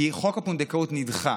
כי חוק הפונדקאות נדחה